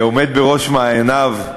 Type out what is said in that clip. עומד בראש מעייניו,